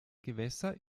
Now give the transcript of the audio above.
gewässer